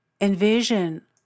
Envision